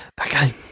Okay